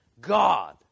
God